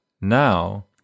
now